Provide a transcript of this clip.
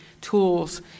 tools